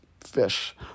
fish